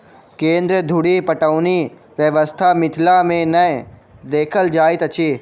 केन्द्र धुरि पटौनी व्यवस्था मिथिला मे नै देखल जाइत अछि